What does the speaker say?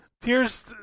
tears